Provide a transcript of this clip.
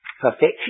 Perfection